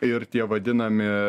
ir tie vadinami